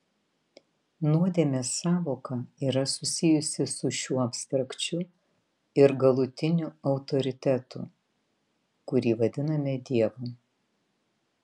nuodėmės sąvoka yra susijusi su šiuo abstrakčiu ir galutiniu autoritetu kurį vadiname dievu